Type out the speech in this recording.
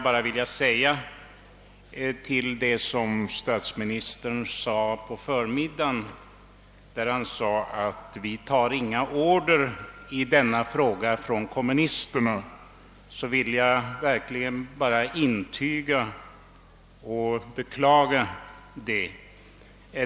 Statsministerns yttrande att socialdemokraterna inte tar några order från kommunisterna vill jag emellertid intyga och beklaga.